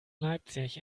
leipzig